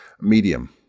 medium